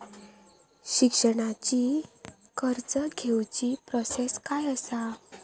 शिक्षणाची कर्ज घेऊची प्रोसेस काय असा?